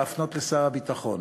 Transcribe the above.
להפנות לשר הביטחון.